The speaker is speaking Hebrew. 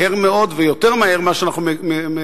מהר מאוד ויותר מהר ממה שאנחנו מצפים,